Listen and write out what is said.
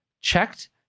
checked